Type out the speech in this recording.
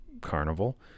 Carnival